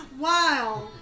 Wow